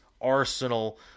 Arsenal